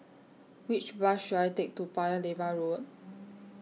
Which Bus should I Take to Paya Lebar Road